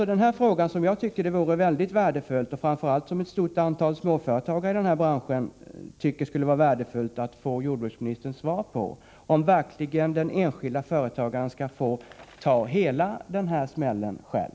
Den fråga som jag och framför allt ett stort antal småföretagare i branschen tycker det vore värdefullt att få jordbruksministerns svar på är alltså: Måste verkligen den enskilde företagaren ta hela smällen själv?